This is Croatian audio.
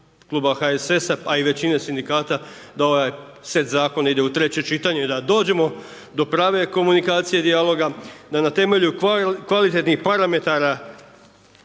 HSS-a a i većine sindikata da ovaj set zakona ide u treće čitanje i da dođemo do prave komunikacije dijaloga, da na temelju kvalitetnih parametara